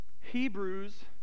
Hebrews